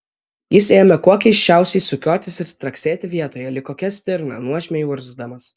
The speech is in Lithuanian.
jis ėmė kuo keisčiausiai sukiotis ir straksėti vietoje lyg kokia stirna nuožmiai urgzdamas